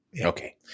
Okay